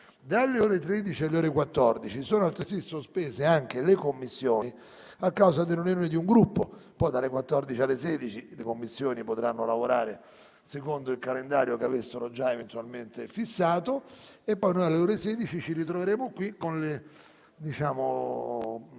Dalle ore 13 alle ore 14 sono altresì sospesi anche i lavori delle Commissioni, a causa della riunione di un Gruppo. Dalle 14 alle 16 le Commissioni potranno lavorare secondo il calendario che hanno già eventualmente fissato e poi, alle ore 16, ci ritroveremo qui, con gli interventi